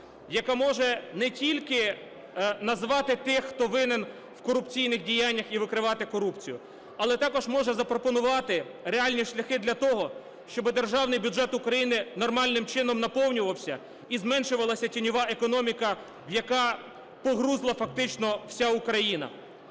яка може не тільки назвати тих, хто винен в корупційних діяннях і викривати корупцію, але також може запропонувати реальні шляхи для того, щоб Державний бюджет України нормальним чином наповнювався і зменшувалася тіньова економіка, в якій погрузла фактично вся Україна.